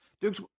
Dukes